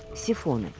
syphons